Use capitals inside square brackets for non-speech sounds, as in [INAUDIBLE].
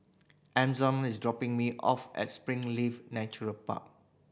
[UNINTELLIGIBLE] is dropping me off at Springleaf Natural Park